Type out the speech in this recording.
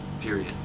period